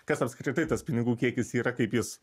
kas apskritai tas pinigų kiekis yra kaip jis